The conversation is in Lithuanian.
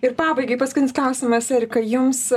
ir pabaigai paskutinis klausimas erika jums